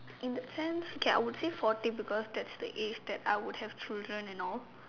in that sense okay I would say forty because that's the age that I would have children and all